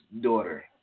daughter